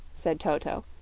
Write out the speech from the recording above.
said toto,